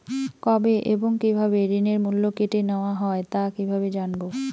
কবে এবং কিভাবে ঋণের মূল্য কেটে নেওয়া হয় তা কিভাবে জানবো?